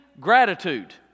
gratitude